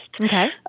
Okay